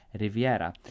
Riviera